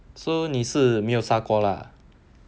so 你是没有杀过 lah